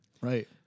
Right